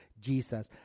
Jesus